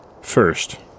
first